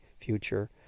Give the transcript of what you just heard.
future